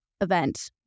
event